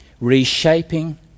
reshaping